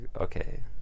okay